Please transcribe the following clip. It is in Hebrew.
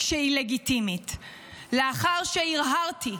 --- לאחר שהרהרתי,